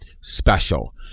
special